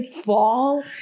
fall